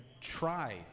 try